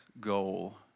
goal